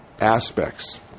aspects